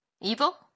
evil